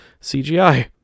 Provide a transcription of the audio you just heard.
cgi